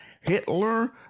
Hitler